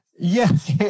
Yes